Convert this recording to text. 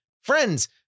friends